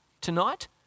tonight